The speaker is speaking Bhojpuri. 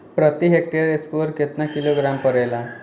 प्रति हेक्टेयर स्फूर केतना किलोग्राम परेला?